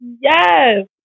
Yes